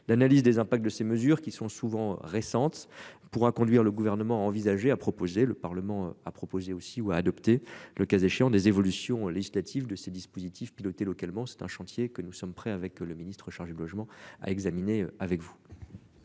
L'analyse des impacts de ces mesures qui sont souvent récente pour conduire le gouvernement à envisager, a proposé le Parlement a proposé aussi ou à adopter le cas échéant, des évolutions législatives de ces dispositifs piloter localement. C'est un chantier que nous sommes prêts avec le ministre chargé du logement à examiner avec.